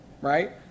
right